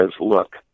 look